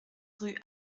rue